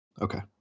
Okay